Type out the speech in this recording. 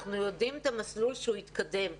אנחנו יודעים מהו המסלול שהוא התקדם בו.